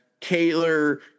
Taylor